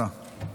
תודה.